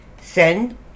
Send